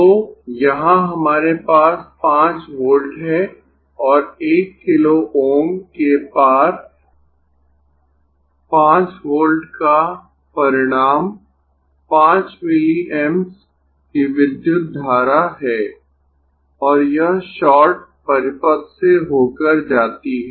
तो यहां हमारे पास 5 वोल्ट है और 1 किलो Ω के पार 5 वोल्ट का परिणाम 5 मिलीएम्प्स की विद्युत धारा है और यह शॉर्ट परिपथ से होकर जाती है